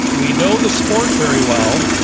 we know the sport very well,